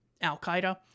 Al-Qaeda